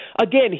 Again